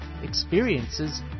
experiences